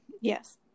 Yes